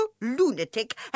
lunatic